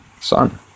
son